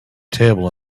table